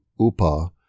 Upa